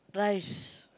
rice